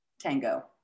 tango